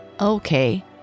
Okay